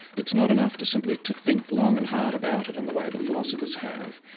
it's not enough to simply to think long and hard about it in the way the philosophers have.